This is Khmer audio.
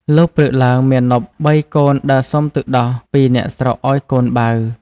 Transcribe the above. លុះព្រឹកឡើងមាណពបីកូនដើរសុំទឹកដោះពីអ្នកស្រុកឲ្យកូនបៅ។